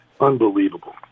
unbelievable